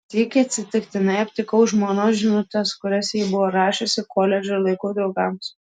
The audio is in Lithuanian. sykį atsitiktinai aptikau žmonos žinutes kurias ji buvo rašiusi koledžo laikų draugams